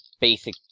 Basic